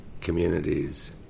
communities